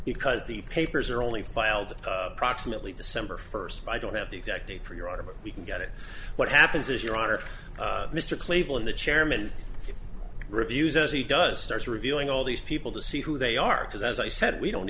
because the papers are only filed approximately december first i don't have the exact date for your order but we can get it what happens is your honor mr cleveland the chairman reviews as he does start reviewing all these people to see who they are because as i said we don't